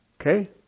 Okay